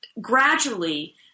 gradually